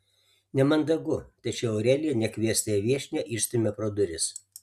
nemandagu tačiau aurelija nekviestąją viešnią išstumia pro duris